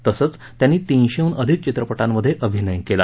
तसंच त्यांनी तीनशेहन अधिक चित्रपटांमध्ये अभिनय केला